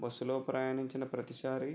బస్సులో ప్రయాణించిన ప్రతిసారి